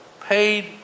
paid